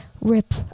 Rip